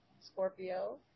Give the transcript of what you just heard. Scorpio